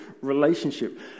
relationship